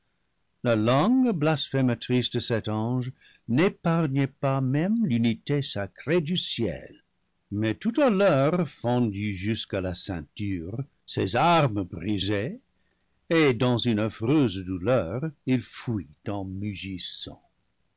la langue blasphé matrice de cet ange n'épargnait pas même l'unité sacrée du ciel mais tout à l'heure fendu jusqu'à la ceinture ses armes brisées et dans une affreuse douleur il fuit en